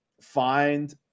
find